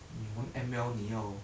你玩 M_L 你要